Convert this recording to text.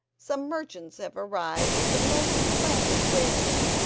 some merchants have arrived with the most splendid wares.